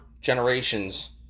generations